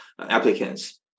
applicants